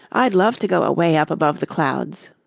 i'd love to go away up above the clouds.